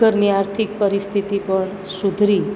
ઘરની આર્થિક પરિસ્થિતિ પણ સુધરી